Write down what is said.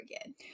again